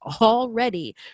already